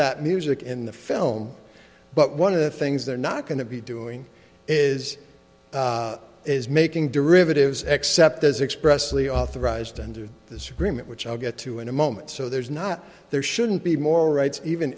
that music in the film but one of the things they're not going to be doing is is making derivatives except as expressly authorized under this agreement which i'll get to in a moment so there's not there shouldn't be more rights even